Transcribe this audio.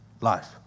life